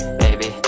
baby